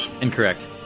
Incorrect